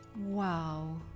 Wow